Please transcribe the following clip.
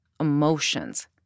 emotions